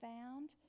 found